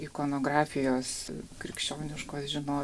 ikonografijos krikščioniškos žinovė